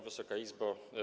Wysoka Izbo!